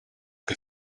che